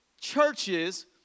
churches